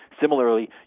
Similarly